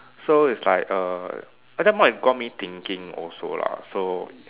so it's like err that time it got me thinking also lah so